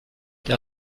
der